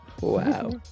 wow